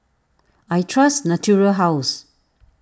I trust Natura House